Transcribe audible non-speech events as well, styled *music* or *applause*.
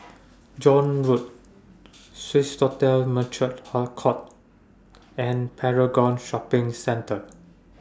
John Road Swissotel *unintelligible* Court and Paragon Shopping Centre